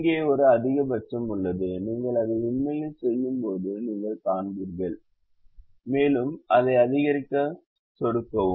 இங்கே ஒரு அதிகபட்சம் உள்ளது நீங்கள் அதை உண்மையில் செய்யும்போது நீங்கள் காண்பீர்கள் மேலும் அதை அதிகரிக்க சொடுக்கவும்